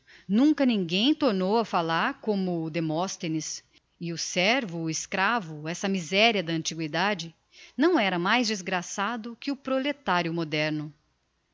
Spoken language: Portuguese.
nunca ninguem tornou a fallar como demosthenes e o servo o escravo essa miseria da antiguidade não era mais desgraçado que o proletario moderno